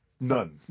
None